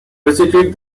visited